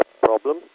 problem